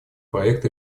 проект